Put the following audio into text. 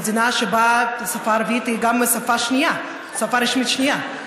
מדינה שבה השפה הערבית היא גם שפה רשמית שנייה,